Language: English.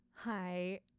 Hi